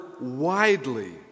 widely